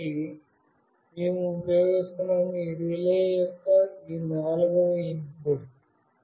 కాబట్టి మేము ఉపయోగిస్తున్నాము ఈ రిలే యొక్క ఈ నాల్గవ ఇన్పుట్